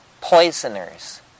poisoners